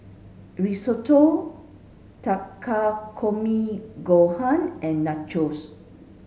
Risotto Takikomi Gohan and Nachos